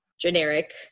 generic